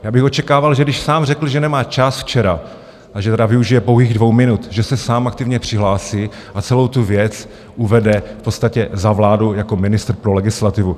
Já bych očekával, že když sám řekl, že nemá čas včera a že tedy využije pouhých dvou minut, že se sám aktivně přihlásí a celou tu věc uvede v podstatě za vládu jako ministr pro legislativu.